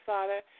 Father